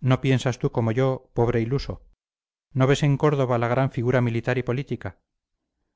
no piensas tú como yo pobre iluso no ves en córdova la gran figura militar y política